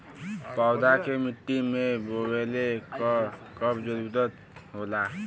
पौधा के मिट्टी में बोवले क कब जरूरत होला